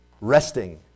Resting